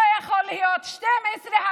לא יכולים להיות 12 הרוגים